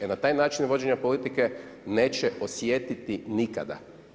E na taj način, vođenja politike, neće osjetiti nikada.